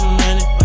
money